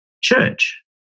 church